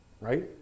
Right